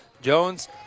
Jones